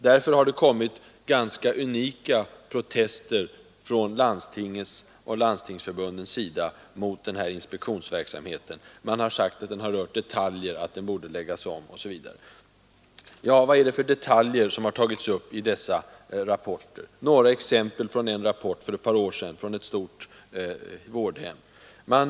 Därför har det riktats unika protester från landstingens och Landstings förbundets sida mot denna inspektionsverksamhet. Man har sagt att den Nr 134 rört detaljer, att det borde läggas om osv. Torsdagen den Vad är det då för detaljer som har tagits upp i dessa rapporter? Några 15 november 1973 exempel ur en rapport från ett stort vårdhem för ett par år sedan.